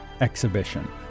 exhibition